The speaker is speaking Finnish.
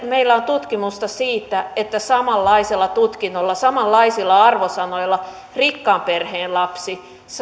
meillä on tutkimusta siitä että samanlaisella tutkinnolla samanlaisilla arvosanoilla rikkaan perheen lapsi